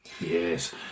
Yes